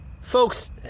Folks